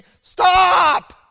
Stop